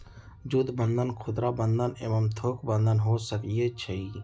जुद्ध बन्धन खुदरा बंधन एवं थोक बन्धन हो सकइ छइ